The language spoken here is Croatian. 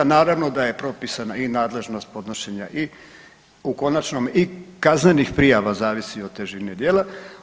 Naravno da je propisana i nadležnost podnošenja i u konačnome i kaznenih prijava zavisi od težini djela.